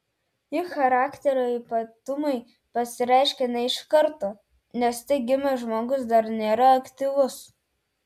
juk charakterio ypatumai pasireiškia ne iš karto nes tik gimęs žmogus dar nėra aktyvus